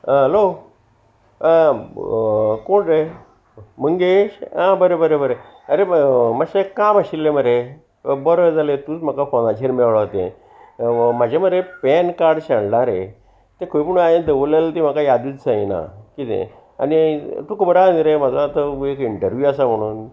आं हलो कोण रे मंगेश आं बरें बरें बरें आरे मात्शें काम आशिल्लें मरे बरें जालें तूंच म्हाका फोनाचेर मेळ्ळो तें म्हाजे मरे पॅन कार्ड शेणला रे ते खंय कोण हांवें दवरलेलें ती म्हाका यादूच जायना किदें आनी तुका खबर आसा नही रे म्हाजो आतां एक इंटरव्यू आसा म्हणून